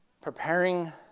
preparing